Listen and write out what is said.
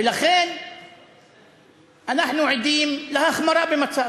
ולכן אנחנו עדים להחמרה במצב,